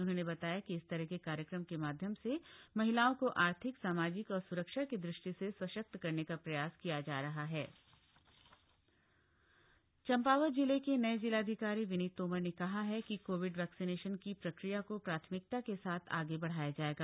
उन्होंने बताया कि इस तरह के कार्यक्रम के माध्यम से महिलाओं को थि र्थिक सामाजिक और स्रक्षा के दृष्टि से सशक्त करने का प्रयास किया जा रहा हथ जिलाधिकारी चंपावत चम्पावत जिले के नए जिलाधिकारी विनीत तोमर ने कहा हा कि कोविड वक्रिसनेशन की प्रकिया को प्राथमिकता के साथ थ गे बढ़ाया जाएगा